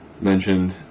mentioned